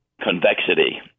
convexity